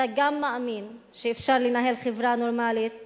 אתה גם מאמין שאפשר לנהל חברה נורמלית